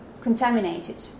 contaminated